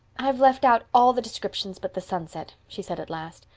i've left out all the descriptions but the sunset, she said at last.